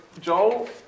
Joel